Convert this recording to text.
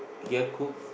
here cook